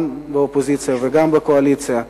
גם באופוזיציה וגם בקואליציה.